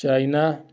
China